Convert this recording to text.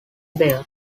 there